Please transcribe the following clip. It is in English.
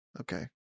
Okay